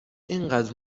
اینقدر